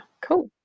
cool